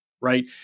right